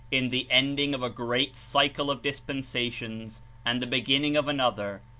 in the ending of a great cycle of dispensations and the beginning of an other,